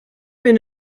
been